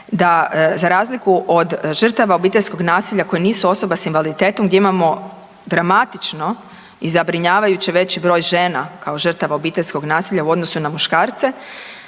da za razliku od žrtava obiteljskog nasilja koje nisu osoba s invaliditetom gdje imamo dramatično i zabrinjavajuće veći broj žena kao žrtava obiteljskog nasilja u odnosu na muškarce,